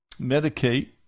medicate